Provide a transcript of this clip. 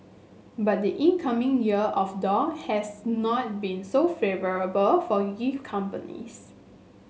but the incoming Year of Dog has not been so favourable for gift companies